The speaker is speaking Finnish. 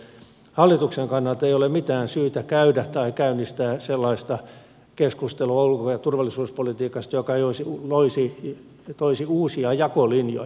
hallituksen kannalta ei ole mitään syytä käydä tai käynnistää sellaista keskustelua ulko ja turvallisuuspolitiikasta joka toisi uusia jakolinjoja